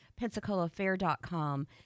PensacolaFair.com